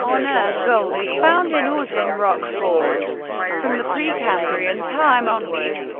on earth, gold is found in ores in rock formed from the precambrian time onward.